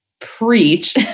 preach